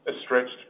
stretched